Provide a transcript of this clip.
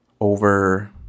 over